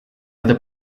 other